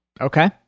Okay